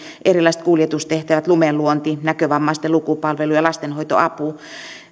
erilaiset kuljetustehtävät lumenluonti näkövammaisten lukupalvelu ja lastenhoitoapu